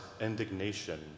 indignation